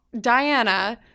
Diana